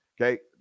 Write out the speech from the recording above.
okay